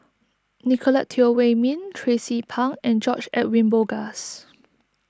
Nicolette Teo Wei Min Tracie Pang and George Edwin Bogaars